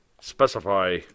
specify